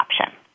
option